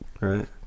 Right